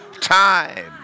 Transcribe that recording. time